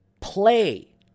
play